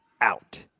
out